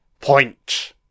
Point